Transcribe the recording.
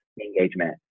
engagement